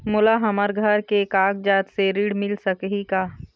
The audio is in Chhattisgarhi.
मोला हमर घर के कागजात से ऋण मिल सकही का?